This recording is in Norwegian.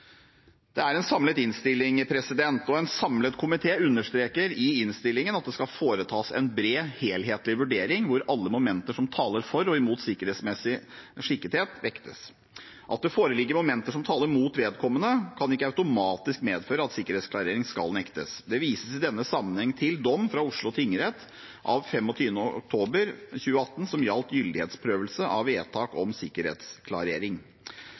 Det er en samlet innstilling, og en samlet komité understreker i innstillingen at det skal foretas en bred helhetlig vurdering hvor alle momenter som taler for og imot sikkerhetsmessig skikkethet, vektes. At det foreligger momenter som taler mot vedkommende, kan ikke automatisk medføre at sikkerhetsklarering skal nektes. Det vises i denne sammenheng til dom fra Oslo tingrett av 25. oktober 2018 som gjaldt gyldighetsprøvelse av vedtak om sikkerhetsklarering.